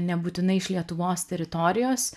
nebūtinai iš lietuvos teritorijos